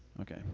Okay